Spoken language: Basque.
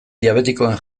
diabetikoen